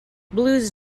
blues